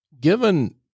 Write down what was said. given